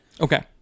okay